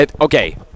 Okay